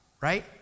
Right